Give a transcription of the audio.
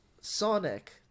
Sonic